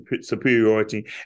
superiority